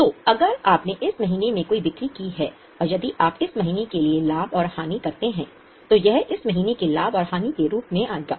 तो अगर आपने इस महीने में कोई बिक्री की है और यदि आप इस महीने के लिए लाभ और हानि करते हैं तो यह इस महीने के लाभ और हानि के रूप में आएगा